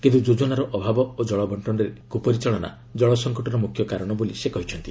କିନ୍ତୁ ଯୋଜନାର ଅଭାବ ଓ ଜଳବଣ୍ଟନରେ କୁପରିଚାଳନା ଜଳ ସଙ୍କଟର ମୁଖ୍ୟ କାରଣ ବୋଲି ସେ କହିଛନ୍ତି